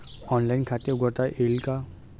Online खाते उघडता येईल का?